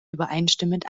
übereinstimmend